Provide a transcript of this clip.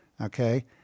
okay